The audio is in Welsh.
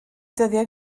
dyddiau